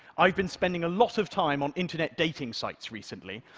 i've been spending a lot of time on internet dating sites recently,